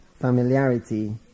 familiarity